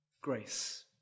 grace